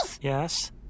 Yes